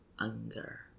anger